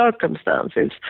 circumstances